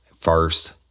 first